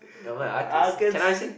never mind if I could sing can I sing